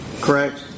Correct